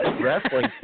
wrestling